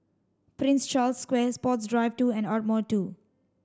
Prince Charles Square Sports Drive two and Ardmore two